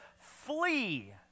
flee